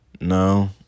No